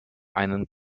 einen